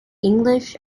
english